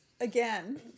again